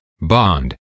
bond